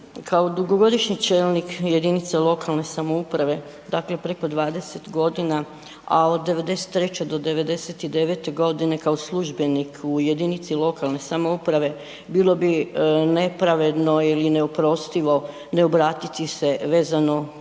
Kao dugogodišnji čelnik jedinice lokalne samouprave dakle preko 20 godina, a od '93. do '99. godine kao službenik u jedinici lokalne samouprave bilo bi nepravedno ili neoprostivo ne obratiti se vezano uz